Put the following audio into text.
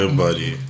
buddy